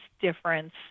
difference